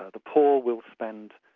ah the poor will spend,